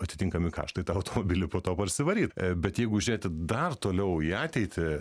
atitinkami kaštai tą automobilį po to parsivaryt bet jeigu žiūrėti dar toliau į ateitį